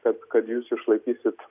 kad kad jūs išlaikysit